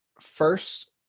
first